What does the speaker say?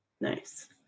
nice